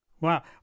Wow